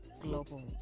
global